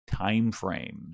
timeframes